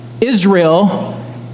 Israel